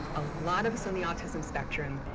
a lot of us on the autism spectrum,